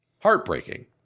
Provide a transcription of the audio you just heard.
Heartbreaking